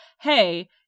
hey-